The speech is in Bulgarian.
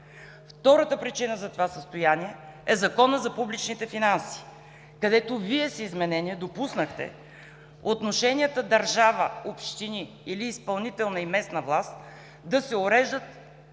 Втората причина за това състояние е Законът за публичните финанси, където Вие с изменение допуснахте отношенията държава – общини или изпълнителна и местна власт, да се уреждат